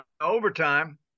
overtime